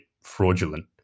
fraudulent